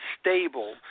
stable